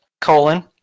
colon